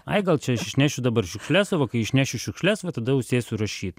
ai gal čia aš išnešiu dabar šiukšles o va kai išnešiu šiukšles va tada jau sėsiu rašyt